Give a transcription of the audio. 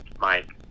Mike